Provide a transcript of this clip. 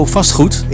Vastgoed